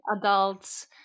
adults